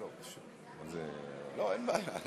זה, לא, אין בעיה.